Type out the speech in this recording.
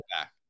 back